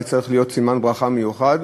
וצריך להיות סימן ברכה מיוחד.